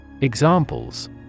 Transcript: Examples